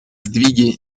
сдвиги